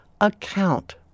account